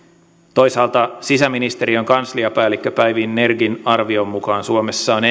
toisaalta sisäministeriön kansliapäällikkö päivi nergin arvion mukaan suomessa on